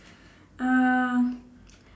um